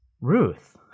Ruth